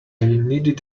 needed